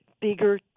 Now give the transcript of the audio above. bigger